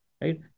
right